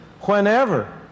whenever